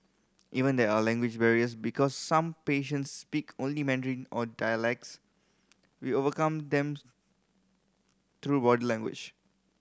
even there are language barriers because some patients speak only Mandarin or dialects we overcome them through body language